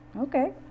Okay